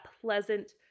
pleasant